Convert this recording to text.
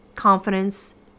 confidence